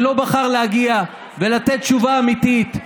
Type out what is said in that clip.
שלא בחר להגיע ולתת תשובה אמיתית,